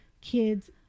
kids